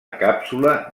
càpsula